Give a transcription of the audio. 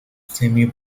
semi